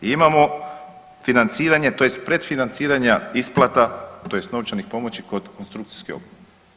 Imamo financiranje, tj. predfinanciranja isplata tj. novčanih pomoći kod konstrukcijske obnove.